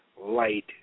Light